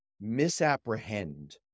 misapprehend